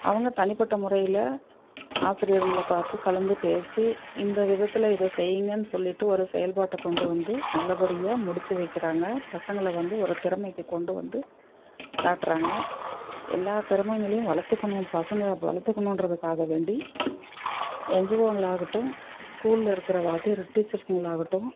அவங்க தனிப்பட்ட முறையில் ஆசிரியர்கள பார்த்து கலந்து பேசி இந்த விதத்தில் இது செய்யுங்கனு சொல்லிவிட்டு ஒரு செயல்பாட்டை கொண்டுவந்து நல்லபடியாக முடித்து வைக்கிறாங்க பசங்களை வந்து ஒரு திறமைக்கு கொண்டுவந்து காட்டுறாங்க எல்லா திறமைகளையும் வளர்த்துக்கணும் பசங்க வளர்த்துக்கணுன்றதுக்காக வேண்டி என்ஜிஓக்களாகட்டும் ஸ்கூலில் இருக்கிற வாத்தியார் டீச்சர்ஸ்களாகட்டும்